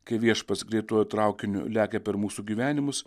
kai viešpats greituoju traukiniu lekia per mūsų gyvenimus